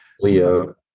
leo